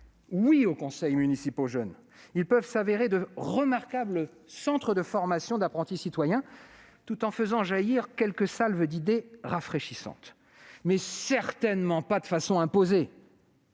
Oui aux conseils municipaux de jeunes, qui peuvent se révéler être de remarquables centres de formation d'apprentis citoyens, tout en faisant jaillir quelques salves d'idées rafraîchissantes, mais certainement pas de façon imposée